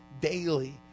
daily